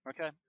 Okay